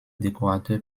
décorateur